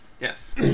Yes